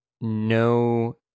no